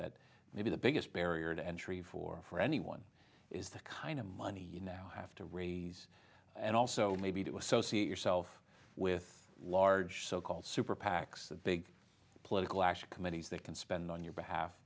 that may be the biggest barrier to entry for for anyone is the kind of money you now have to raise and also maybe to associate yourself with large so called super pacs the big political action committees that can spend on your behalf